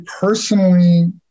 personally